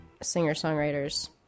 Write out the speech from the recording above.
singer-songwriters